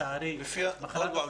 עוד פעם,